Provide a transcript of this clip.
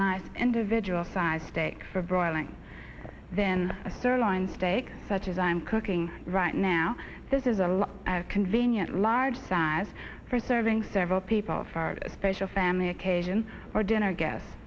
nice individual sized steak for broiling then a sir line steak such as i'm cooking right now this is a lot of convenient large size for serving several people for a special family occasion or dinner guess